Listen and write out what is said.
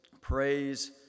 Praise